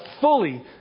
fully